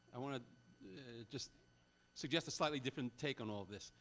i want to just suggest a slightly different take on all this.